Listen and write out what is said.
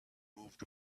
moved